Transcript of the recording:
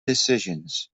decisions